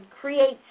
creates